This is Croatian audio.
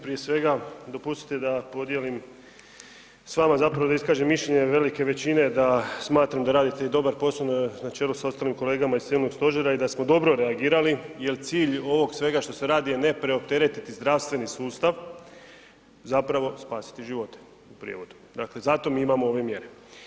Prije svega dopustite da podijelim s vama, zapravo da iskažem mišljenje velike većine da smatram da radite dobar posao na čelu s ostalim kolegama iz Civilnog stožera i da smo dobro reagirali jel cilj ovog svega što se radi ne preopteretiti zdravstveni sustav, zapravo spasiti živote u prijevodu, zato mi imamo ove mjere.